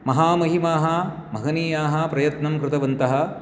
महामहिमाः महनीयाः प्रयत्नं कृतवन्तः